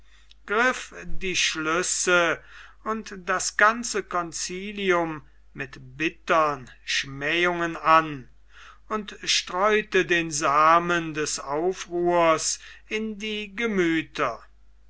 die schlüsse und das ganze concilium mit bittern schmähungen an und streute den samen des aufruhrs in die gemüther